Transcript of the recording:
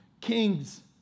Kings